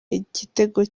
igitego